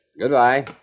Goodbye